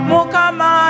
Mukama